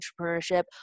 entrepreneurship